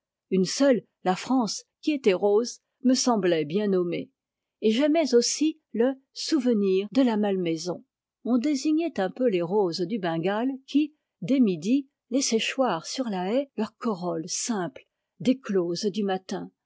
une seule la france qui était rose me semblait bien nommée et j'aimais aussi le souvenir de la malmaison on dédaignait un peu les roses du bengale qui dès midi laissaient choir sur la haie leur corolle simple déclose du matin